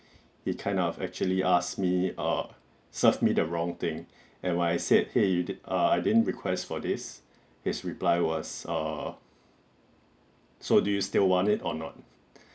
he kind of actually asked me err serve me the wrong thing and when I said !hey! you did err I didn't request for this his reply was err so do you still want it or not